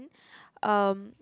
um